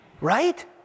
right